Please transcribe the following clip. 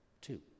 two